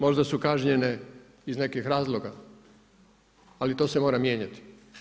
Možda su kažnjene iz nekih razloga, ali to se mora mijenjati.